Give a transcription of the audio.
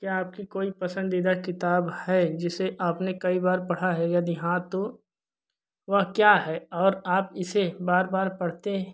क्या आपकी कोई पसंदीदा किताब है जिसे आपने कई बार पढ़ा है यदि हाँ तो वह क्या है और आप इसे बार बार पढ़ते